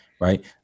right